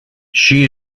she